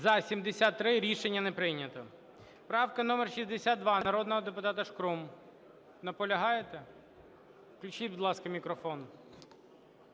За-73 Рішення не прийнято. Правка номер 62 народного депутата Шкрум. Наполягаєте? Включіть, будь ласка, мікрофон.